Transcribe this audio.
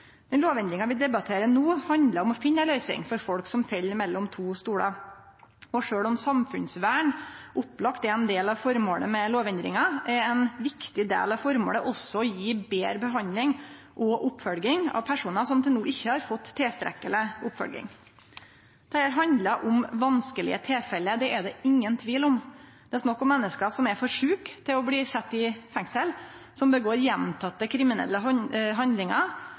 Den lovendringa vi debatterer no, handlar om å finne ei løysing for folk som fell mellom to stolar. Sjølv om samfunnsvern opplagt er ein del av føremålet med lovendringa, er ein viktig del av føremålet også å gje betre behandling og oppfølging av personar som til no ikkje har fått tilstrekkeleg oppfølging. Dette handlar om vanskelege tilfelle, det er det ingen tvil om. Det er snakk om menneske som er for sjuke til bli sette i fengsel, som igjen og igjen gjer kriminelle handlingar